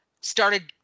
started